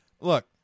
Look